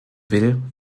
will